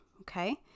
Okay